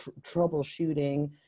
troubleshooting